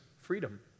freedom